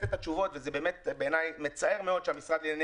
את התשובות ובעיני זה באמת מצער מאוד שהמשרד לענייני